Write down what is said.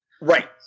right